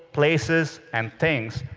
places, and things.